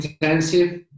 intensive